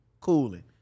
cooling